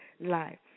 life